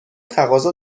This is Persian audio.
تقاضا